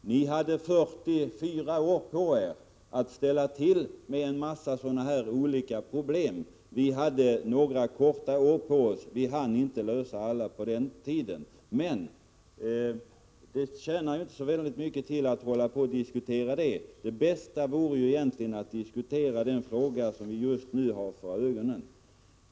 Ni hade 44 år på er att ställa till med en massa sådana här problem. Vi hade några få år på oss, och vi hann inte lösa alla problem på denna tid. Men det tjänar inte så mycket till att diskutera den saken. Det bästa vore egentligen att diskutera den fråga som vi just nu har för ögonen.